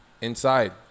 Inside